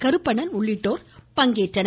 கருப்பணன் உள்ளிட்டோர் பங்கேற்றனர்